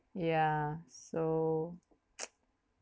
ya so